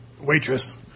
waitress